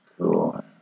Cool